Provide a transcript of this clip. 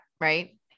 Right